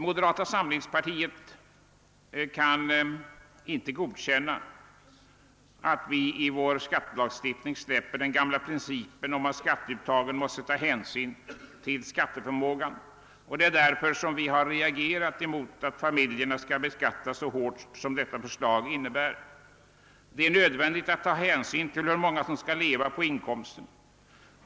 Moderata samlingspartiet kan inte godkänna, att vi i vår skattelagstiftning släpper den gamla principen om att man vid skatteuttagen måste ta hänsyn till skatteförmågan, och det är därför, som vi har reagerat mot att familjerna skall beskattas så hårt som detta förslag innebär. Det är nödvändigt att ta hänsyn till hur många som skall leva på inkomsten.